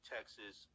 Texas